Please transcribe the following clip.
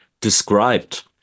described